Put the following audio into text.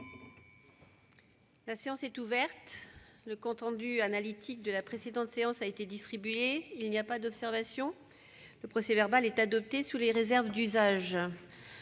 La séance est ouverte. Le compte rendu analytique de la précédente séance a été distribué. Il n'y a pas d'observation ?... Le procès-verbal est adopté sous les réserves d'usage.